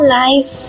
life